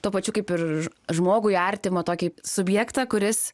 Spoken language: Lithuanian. tuo pačiu kaip ir žmogui artimą tokį subjektą kuris